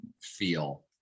feel